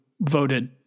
voted